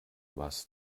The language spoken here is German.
was